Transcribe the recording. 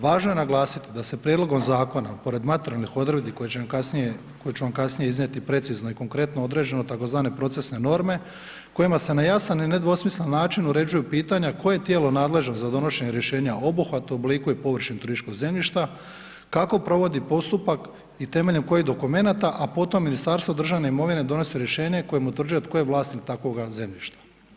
Važno je naglasiti da se prijedlogom zakona pored materijalnih odredbi koje ću vam kasnije iznijeti precizno i konkretno određeno tzv. procesne norme kojima se na jasan i nedvosmislen način uređuju pitanja koje je tijelo nadležno za donošenje rješenja o obuhvatu, obliku i površini turističkog zemljišta, kako provodi postupak i temeljem kojih dokumenata, a potom Ministarstvo državne imovine donosi rješenje kojim utvrđuje tko je vlasnik takvoga zemljišta.